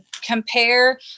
compare